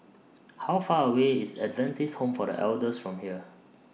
How Far away IS Adventist Home For The Elders from here